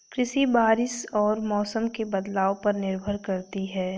कृषि बारिश और मौसम के बदलाव पर निर्भर करती है